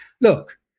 Look